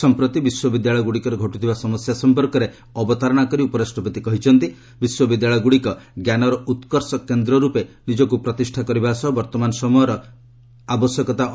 ସମ୍ପ୍ରତି ବିଶ୍ୱବିଦ୍ୟାଳୟଗ୍ରଡ଼ିକରେ ଘଟୁଥିବା ସମସ୍ୟା ସମ୍ପର୍କରେ ଅବତାରଣା କରି ଉପରାଷ୍ଟ୍ରପତି କହିଛନ୍ତି ବିଶ୍ୱବିଦ୍ୟାଳୟଗ୍ରଡ଼ିକ ଜ୍ଞାନର ଉତ୍କର୍ଷ କେନ୍ଦ୍ର ରୂପେ ନିଜକ୍ତ ପ୍ରତିଷ୍ଠା କରିବା ବର୍ତ୍ତମାନ ସମୟରେ ଆବଶ୍ୟକତା ଅଟେ